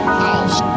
house